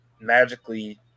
magically